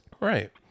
right